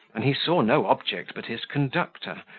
and he saw no object but his conductor,